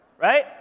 Right